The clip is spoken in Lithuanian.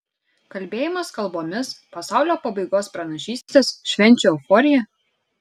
kalbėjimas kalbomis pasaulio pabaigos pranašystės švenčių euforija